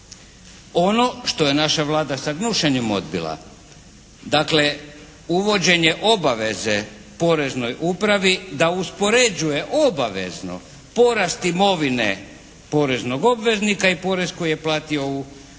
Ono što je naša Vlada sa gnušanjem odbila, dakle uvođenje obaveze poreznoj upravi da uspoređuje obavezno porast imovine poreznog obveznika i porez koji je platio u nekakvom